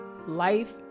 Life